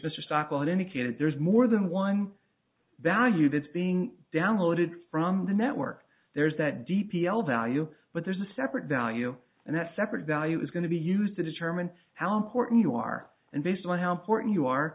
that there's more than one value that's being downloaded from the network there's that d p l value but there's a separate value and that's separate value is going to be used to determine how important you are and based on how important you are